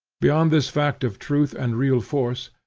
beyond this fact of truth and real force,